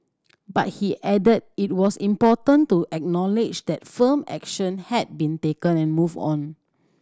but he added it was important to acknowledge that firm action had been taken and move on